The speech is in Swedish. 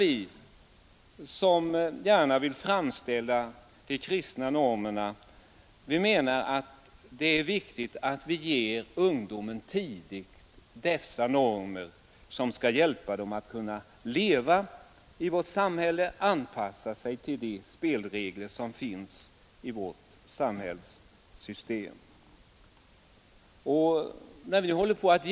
Vi som vill föra fram de Tisdagen den kristna normerna menar att det är viktigt att tidigt bibringa de unga dessa 28 november 1972 normer, som skall hjälpa dem att leva i vårt samhälle och att anpassa sig = till de spelregler som gäller i vårt samhällssystem. När vi nu hjälper dem Ang.